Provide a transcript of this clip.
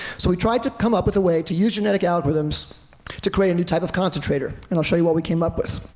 so we tried to come up with a way to use genetic algorithms to create a new type of concentrator. and i'll show you what we came up with.